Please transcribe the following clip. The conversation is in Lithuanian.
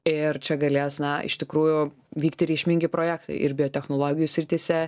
ir čia galės na iš tikrųjų vykti reikšmingi projektai ir biotechnologijų srityse